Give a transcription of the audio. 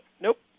nope